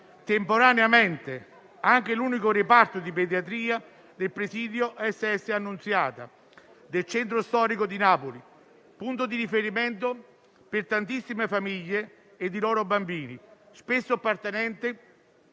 gennaio 2022, anche l'unico reparto di pediatria del presidio "S.S. Annunziata" del centro storico di Napoli, punto di riferimento per tantissime famiglie e i loro bambini, spesso appartenenti a fasce